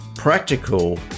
practical